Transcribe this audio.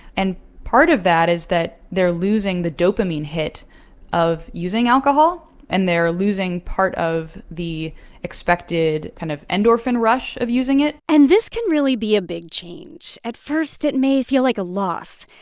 and part of that is that they're losing the dopamine hit of using alcohol, and they're losing part of the expected kind of endorphin rush of using it and this can really be a big change. at first, it may feel like a loss,